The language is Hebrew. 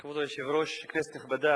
כבוד היושב-ראש, כנסת נכבדה,